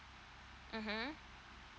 mmhmm